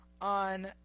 on